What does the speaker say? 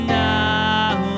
now